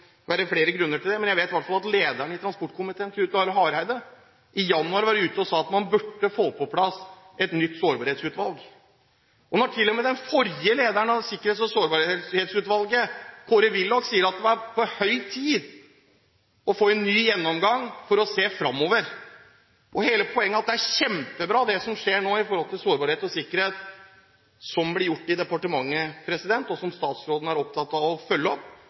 flere grunner til det. Men jeg vet i hvert fall at lederen i transport- og kommunikasjonskomiteen, Knut Arild Hareide, i januar var ute og sa at man burde få på plass et nytt sårbarhetsutvalg. Til og med den forrige lederen av Sårbarhetsutvalget, Kåre Willoch, sier at det er på høy tid å få en ny gjennomgang for å se fremover. Hele poenget er at det er kjempebra det som skjer nå med hensyn til sårbarhet og sikkerhet – det som blir gjort i departementet, som statsråden er opptatt av å følge opp,